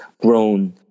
grown